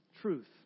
truth